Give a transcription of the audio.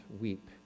weep